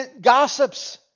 gossips